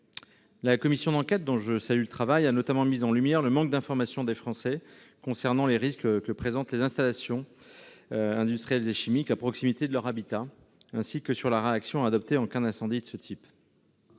La commission d'enquête, dont je salue le travail, a notamment mis en lumière le manque d'information des Français sur les risques que présentent les installations industrielles et chimiques situées à proximité de leur habitat, ainsi que sur la réaction à adopter en cas d'incendie de ce type.